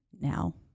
now